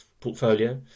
portfolio